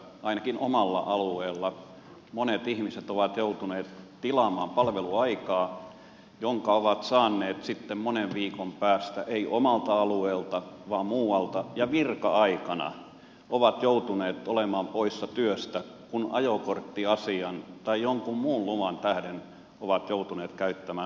ainakin omalla alueellani monet ihmiset ovat joutuneet tilaamaan palveluaikaa jonka ovat saaneet sitten monen viikon päästä eivät omalta alueelta vaan muualta ja virka aikana ovat joutuneet olemaan poissa työstä kun ajokorttiasian tai jonkun muun luvan tähden ovat joutuneet käyttämään omaa aikaansa